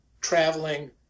traveling